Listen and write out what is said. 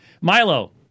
Milo